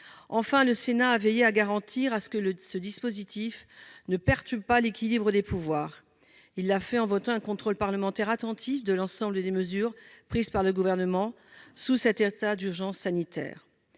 Enfin, le Sénat a veillé à garantir que ce dispositif ne perturbe pas l'équilibre des pouvoirs, et cela en se prononçant pour un contrôle parlementaire attentif de l'ensemble des mesures prises par le Gouvernement sous cet état d'urgence sanitaire.